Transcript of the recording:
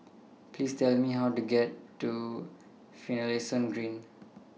Please Tell Me How to get to Finlayson Green